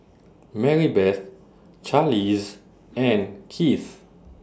Marybeth Charlize and Kieth